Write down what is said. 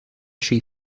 she